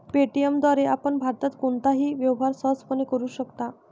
Paytm द्वारे आपण भारतात कोणताही व्यवहार सहजपणे करू शकता